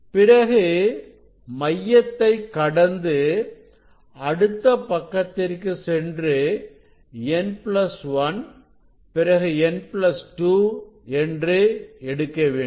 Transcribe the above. பிறகு மையத்தை கடந்து அடுத்த பக்கத்திற்கு சென்று n பிளஸ் 1 பிறகு n பிளஸ் 2 என்று எடுக்க வேண்டும்